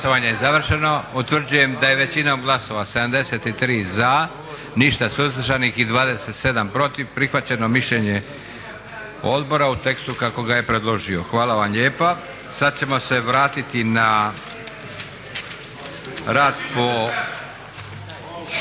Hvala vam lijepa.